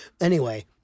Anyway-